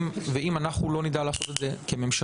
אם אנחנו לא נדע לעשות את זה כממשלה,